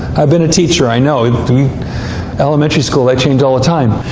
i've been a teacher, i know. in elementary school, they change all the time.